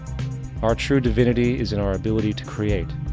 our true divinity is in our ability to create.